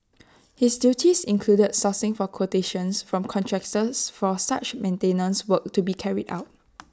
his duties included sourcing for quotations from contractors for such maintenance works to be carried out